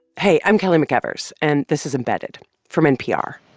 hey. i'm kelly mcevers, and this is embedded from npr